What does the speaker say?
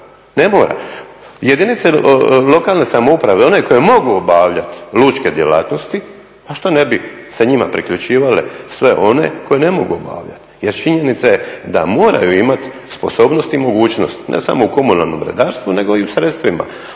Ne mora. Jedinice lokalne samouprave one koje mogu obavljati lučke djelatnosti zašto ne bi se njima priključivale sve one koje ne mogu obavljati. Jer činjenica je da moraju imati sposobnost i mogućnost ne samo u komunalnom redarstvu nego i u sredstvima.